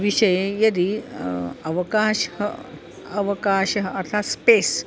विषये यदि अवकाशः अवकाशः अर्थात् स्पेस्